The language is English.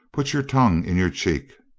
put your tongue in your cheek.